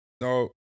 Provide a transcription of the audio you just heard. No